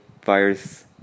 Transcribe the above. virus